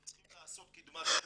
צריך לעשות קדמת דרך,